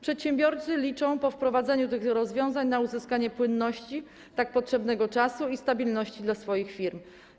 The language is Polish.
Przedsiębiorcy liczą po wprowadzeniu tych rozwiązań na uzyskanie płynności, tak potrzebnego czasu i stabilności dla swoich firm.